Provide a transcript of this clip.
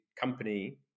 Company